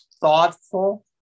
thoughtful